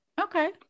Okay